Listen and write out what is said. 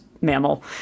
mammal